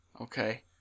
Okay